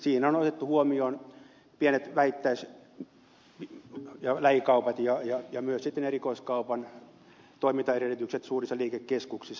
siinä on otettu huomioon pienet vähittäis ja lähikaupat ja myös sitten erikoiskaupan toimintaedellytykset suurissa liikekeskuksissa